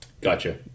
Gotcha